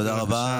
תודה רבה,